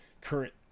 current